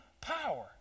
power